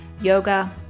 yoga